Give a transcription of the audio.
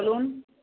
বলুন